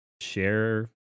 share